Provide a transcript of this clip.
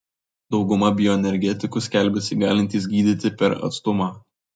dauguma bioenergetikų skelbiasi galintys gydyti per atstumą